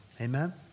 Amen